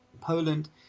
Poland